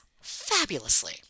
fabulously